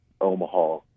omaha